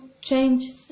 change